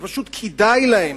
ופשוט כדאי להם,